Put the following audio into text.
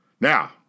Now